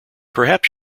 perhaps